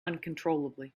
uncontrollably